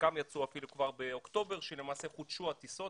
חלקם יצאו אפילו באוקטובר כשחודשו הטיסות,